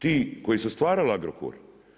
Ti koji su stvarali Agrokor.